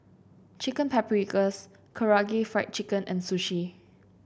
Chicken Paprikas Karaage Fried Chicken and Sushi